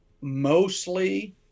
mostly